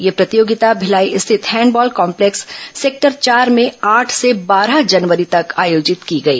यह प्रतियोगिता भिलाई स्थित हैंडबॉल कॉम्प्लेक्स सेक्टर चार में आठ से बारह जनवरी तक आयोजित की गई